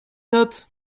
not